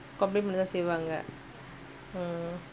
complaint பண்ணதாசெய்வாங்க:panna thaa seivaanka mhm